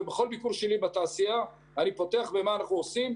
ובכל ביקור של בתעשייה אני פותח במה אנחנו עושים,